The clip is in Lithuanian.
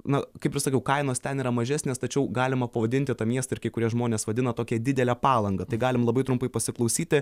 na kaip ir sakiau kainos ten yra mažesnės tačiau galima pavadinti tą miestą kai kurie žmonės vadina tokia didele palanga tai galim labai trumpai pasiklausyti